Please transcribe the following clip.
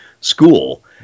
school